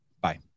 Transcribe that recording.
Bye